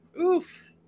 Oof